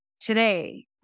today